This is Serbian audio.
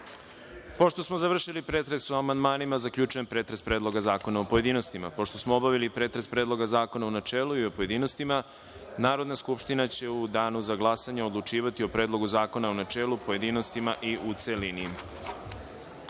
smo završili pretres o amandmanima, zaključujem pretres Predloga zakona u pojedinostima. Pošto smo obavili pretres Predloga zakona u načelu i u pojedinostima, Narodna skupština će u danu za glasanje odlučivati o Predlogu zakona u načelu, pojedinostima i u